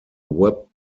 web